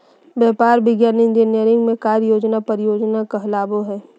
व्यापार, विज्ञान, इंजीनियरिंग में कार्य योजना परियोजना कहलाबो हइ